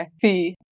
fee